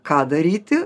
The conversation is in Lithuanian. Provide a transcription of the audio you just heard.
ką daryti